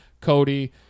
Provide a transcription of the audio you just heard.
Cody